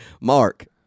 mark